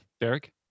Derek